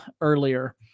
earlier